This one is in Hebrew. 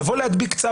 לבוא להדביק צו,